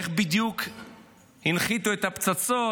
איך בדיוק הנחיתו את הפצצות.